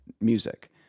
music